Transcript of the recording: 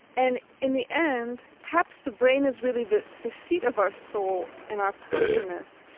and, in the end, perhaps the brain is really the the seat of our soul and our personness,